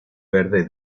verde